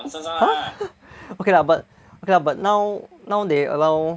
!huh! okay lah but okay lah but now now they allow